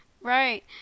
Right